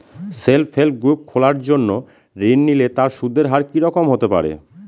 Self help group খোলার জন্য ঋণ নিলে তার সুদের হার কি রকম হতে পারে?